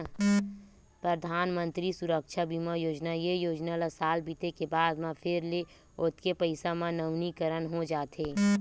परधानमंतरी सुरक्छा बीमा योजना, ए योजना ल साल बीते के बाद म फेर ले ओतके पइसा म नवीनीकरन हो जाथे